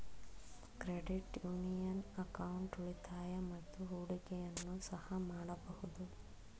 credit union account ಉಳಿತಾಯ ಮತ್ತು ಹೂಡಿಕೆಯನ್ನು ಸಹ ಮಾಡಬಹುದು